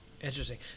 Interesting